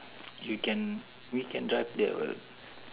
you can we can drive there [what]